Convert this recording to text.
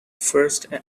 first